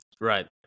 Right